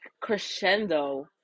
crescendo